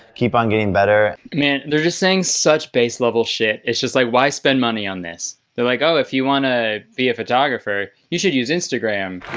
keep on getting better man, they're just saying such base level shit. it's just like, why spend money on this? they're like, oh, if you wanna be a photographer, you should use instagram.